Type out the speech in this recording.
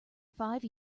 five